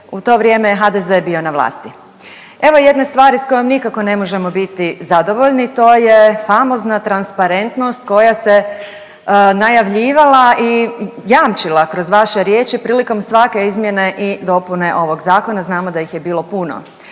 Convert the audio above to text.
u to vrijeme je HDZ bio na vlasti. Evo jedne stvari s kojom nikako ne možemo biti zadovoljni. To je famozna transparentnost koja se najavljivala i jamčila kroz vaše riječi prilikom svake izmjene i dopune ovog zakona, znamo da ih je bilo puno.